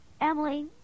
Emily